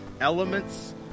elements